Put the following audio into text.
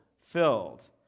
Filled